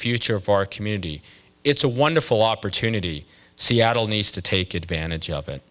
future of our community it's a wonderful opportunity seattle needs to take advantage of it